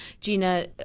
Gina